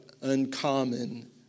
uncommon